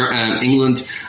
England